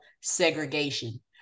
segregation